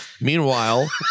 Meanwhile